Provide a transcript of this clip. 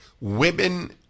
Women